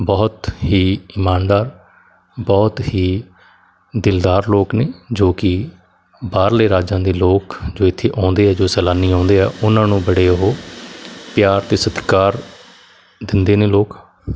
ਬਹੁਤ ਹੀ ਇਮਾਨਦਾਰ ਬਹੁਤ ਹੀ ਦਿਲਦਾਰ ਲੋਕ ਨੇ ਜੋ ਕਿ ਬਾਹਰਲੇ ਰਾਜਾਂ ਦੇ ਲੋਕ ਜੋ ਇੱਥੇ ਆਉਂਦੇ ਆ ਜੋ ਸੈਲਾਨੀ ਆਉਂਦੇ ਆ ਉਹਨਾ ਨੂੰ ਬੜੇ ਉਹ ਪਿਆਰ ਅਤੇ ਸਤਿਕਾਰ ਦਿੰਦੇ ਨੇ ਲੋਕ